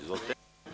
Izvolite.